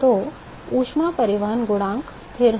तो ऊष्मा परिवहन गुणांक स्थिर है